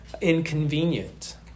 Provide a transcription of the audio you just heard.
inconvenient